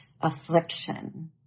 affliction